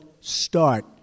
start